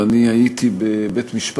אם אני הייתי בבית-משפט